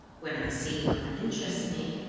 when i see one that interests me,